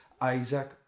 Isaac